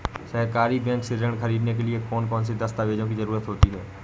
सहकारी बैंक से ऋण ख़रीदने के लिए कौन कौन से दस्तावेजों की ज़रुरत होती है?